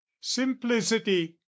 simplicity